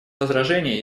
возражений